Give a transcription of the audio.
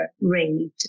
rate